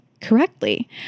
correctly